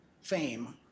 fame